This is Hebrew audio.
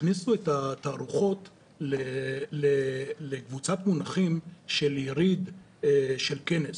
הכניסו את התערוכות לקבוצת מונחים של יריד ושל כנס.